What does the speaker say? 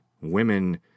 Women